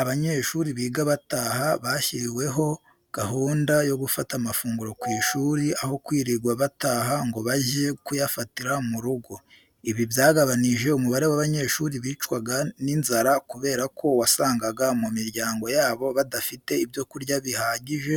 Abanyeshuri biga bataha bashyiriweho gahunda yo gufata amafunguro ku ishuri aho kwirirwa bataha ngo bajye kuyafatira mu rugo. Ibi byagabanyije umubare w'abanyeshuri bicwaga n'inzara kubera ko wasangaga mu miryango yabo badafite ibyo kurya bihajyije